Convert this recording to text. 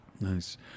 Nice